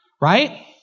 right